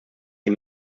die